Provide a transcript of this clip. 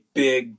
big